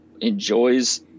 enjoys